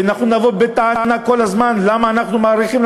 ואנחנו כל הזמן נבוא בטענה למה אנחנו מאריכים,